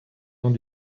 dans